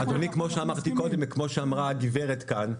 אדוני, כמו שאמרתי קודם וכמו שאמרה הגברת כאן: